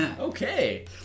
Okay